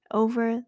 over